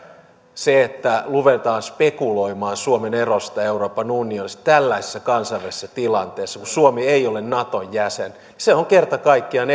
se että ruvetaan spekuloimaan suomen erolla euroopan unionista tällaisessa kansainvälisessä tilanteessa kun suomi ei ole naton jäsen on kerta kaikkiaan